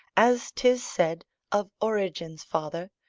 as tis said of origen's father,